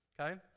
okay